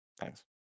Thanks